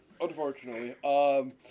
unfortunately